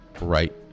right